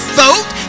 vote